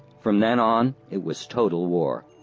from then on it was total war.